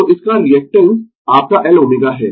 तो इसका रीएक्टेन्स आपका L ω है